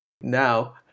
Now